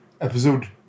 episode